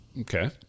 Okay